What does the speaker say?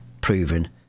proven